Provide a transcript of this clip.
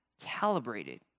calibrated